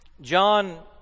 John